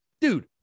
dude